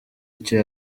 icyo